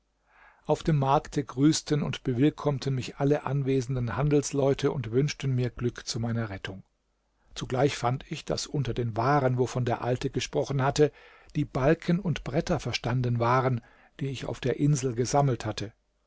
auf dem markte grüßten und bewillkommten mich alle anwesenden handelsleute und wünschten mir glück zu meiner rettung zugleich fand ich daß unter den waren wovon der alte gesprochen hatte die balken und bretter verstanden waren die ich auf der insel gesammelt hatte